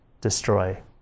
destroy